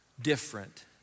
Different